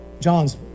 John's